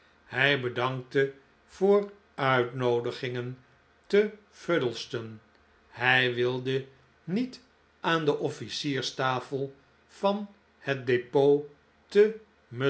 hij bedankte voor uitnoodigingen te fuddleston hij wilde niet aan de offlcierstafel van het depot te